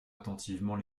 attentivement